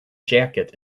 jacket